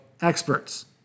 experts